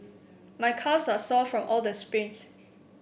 my calves are sore from all the sprints